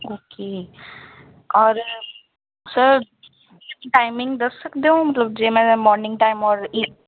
okay ਔਰ sir timing ਦੱਸ ਸਕਦੇ ਹੋ ਮਤਲਬ ਜਿੰਮ ਦਾ ਮੋਰਨਿੰਗ ਟਾਈਮ ਔਰ ਈ